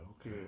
okay